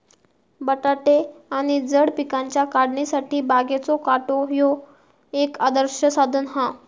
बटाटे आणि जड पिकांच्या काढणीसाठी बागेचो काटो ह्या एक आदर्श साधन हा